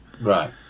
right